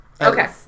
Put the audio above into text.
Okay